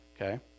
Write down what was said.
Okay